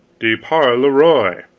de par le roi.